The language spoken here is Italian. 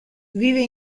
vive